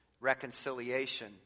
reconciliation